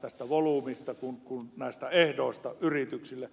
tästä volyymista ja näistä lainaehdoista yrityksille